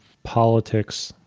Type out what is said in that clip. politics,